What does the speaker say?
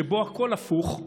שבו הכול הפוך,